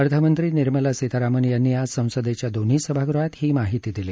अर्थमंत्री निर्मला सीतारामन् यांनी आज संसदेच्या दोन्ही सभागृहात ही माहिती दिली